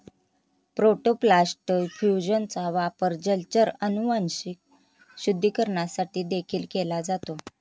protoplast फ्यूजनचा वापर जलचर अनुवांशिक शुद्धीकरणासाठी देखील केला जातो